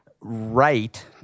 right